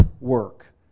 work